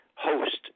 host